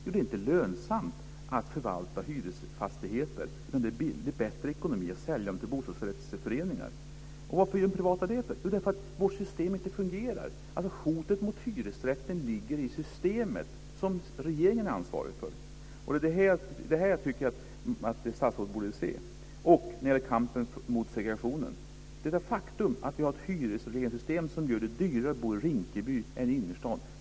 Jo, det är inte lönsamt att förvalta hyresfastigheter. Det är bättre ekonomi att sälja dem till bostadsrättsföreningar. Varför gör de privata hyresvärdarna detta? Jo, därför att vårt system inte fungerar. Hotet mot hyresrätten ligger i det system som regeringen har ansvaret för. Detta tycker jag att statsrådet borde inse. Vad gäller kampen mot segregationen är det ett faktum att vi har ett hyressystem som gör det dyrare att bo i Rinkeby än i innerstaden.